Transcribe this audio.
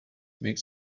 makes